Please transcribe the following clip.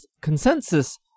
consensus